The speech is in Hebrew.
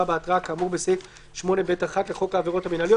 בהתראה כאמור בסעיף 8(ב1) לחוק העבירות המינהליות.